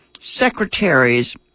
secretaries